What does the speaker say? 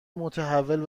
متحول